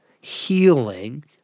healing